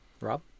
rob